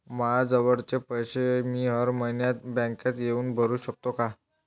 मायाजवळचे पैसे मी हर मइन्यात बँकेत येऊन भरू सकतो का?